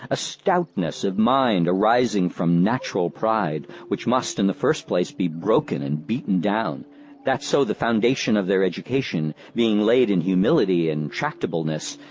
ah stoutness of mind arising from natural pride, which must, in the first place, be broken and beaten down that so the foundation of their education being laid in humility and tractableness,